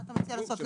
מה אתה מציע לעשות?